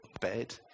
bed